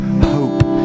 hope